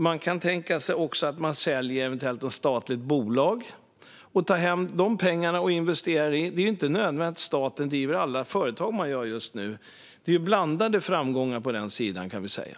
Man kan tänka sig att sälja ett statligt bolag och ta hem de pengarna och investera. Det är inte nödvändigt att staten driver alla de företag man driver just nu. Det är blandade framgångar på den sidan, kan man säga.